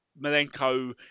Milenko